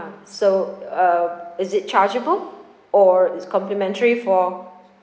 so uh is it chargeable or it's complimentary for